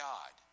God